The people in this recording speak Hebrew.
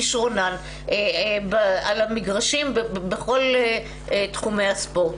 כשרונן על המגרשים בכל תחומי הספורט.